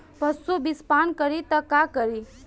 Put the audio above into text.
पशु विषपान करी त का करी?